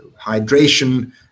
hydration